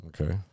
Okay